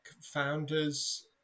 founders